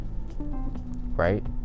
Right